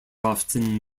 often